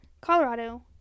Colorado